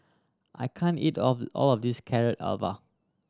I can't eat of all of this Carrot